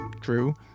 true